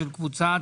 של קבוצת